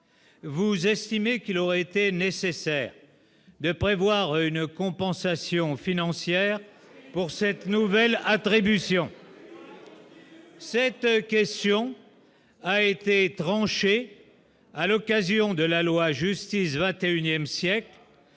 Vous estimez qu'il aurait été nécessaire de prévoir une compensation financière pour cette nouvelle attribution. Cette question a été tranchée à l'occasion de la loi Justice 21ième siècle